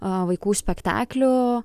a vaikų spektaklių